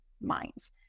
minds